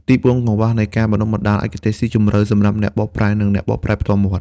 ទីបួន កង្វះនៃការបណ្តុះបណ្តាលឯកទេសស៊ីជម្រៅសម្រាប់អ្នកបកប្រែ និងអ្នកបកប្រែផ្ទាល់មាត់។